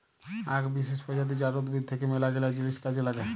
আক বিসেস প্রজাতি জাট উদ্ভিদ থাক্যে মেলাগিলা জিনিস কাজে লাগে